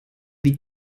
wie